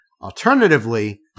Alternatively